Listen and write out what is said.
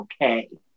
okay